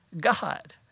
God